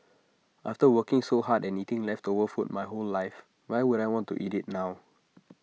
after working so hard and eating leftover food my whole life why would I want to eat IT now